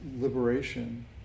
liberation